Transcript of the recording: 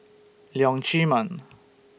Leong Chee Mun